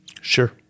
Sure